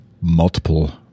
multiple